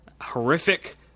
horrific